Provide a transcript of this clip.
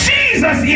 Jesus